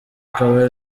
akaba